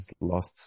lost